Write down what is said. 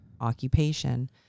occupation